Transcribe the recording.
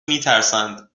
میترسند